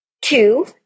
two